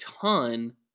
ton